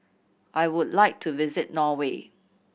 I would like to visit Norway